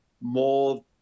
more